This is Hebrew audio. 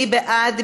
מי בעד?